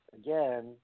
again